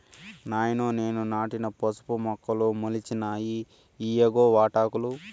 నాయనో నేను నాటిన పసుపు మొక్కలు మొలిచినాయి ఇయ్యిగో వాటాకులు